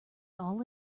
all